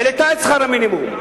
העלתה את שכר המינימום.